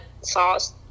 sauce